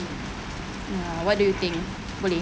err what do you think boleh